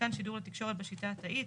למיתקן שידור לתקשורת בשיטה התאית,